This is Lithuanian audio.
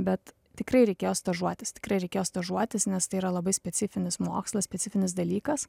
bet tikrai reikėjo stažuotis tikrai reikėjo stažuotis nes tai yra labai specifinis mokslas specifinis dalykas